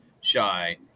shy